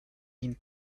been